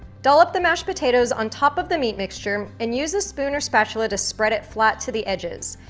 dollop the mashed potatoes on top of the meat mixture and use a spoon or spatula to spread it flat to the edges.